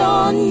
on